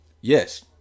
Yes